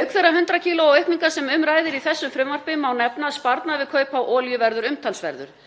Auk þeirrar 100 kílóa aukningar sem um ræðir í þessu frumvarpi má nefna að sparnaður við kaup á olíu verður umtalsverður.